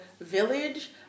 village